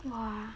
!wah!